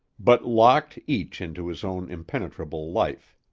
but locked each into his own impenetrable life.